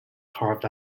carved